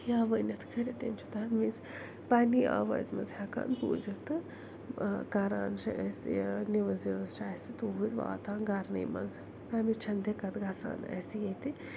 یا ؤنِتھ کٔرِتھ تِم چھِ تَمہِ وِز پنٛنی آوازِ منٛز ہٮ۪کان بوٗزِتھ تہٕ کَران چھِ أسۍ یہِ نِوٕز وِوٕز چھِ اَسہِ توٗرۍ واتان گرنٕے منٛز اَمِچ چھَنہٕ دِقت گَژھان اَسہِ ییٚتہِ